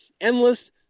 endless